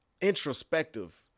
introspective